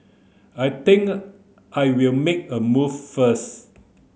I think I'll make a move first